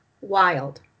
wild